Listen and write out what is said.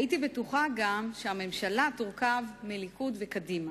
הייתי בטוחה גם שהממשלה תורכב מהליכוד ומקדימה.